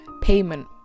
payment